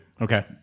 Okay